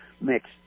mixed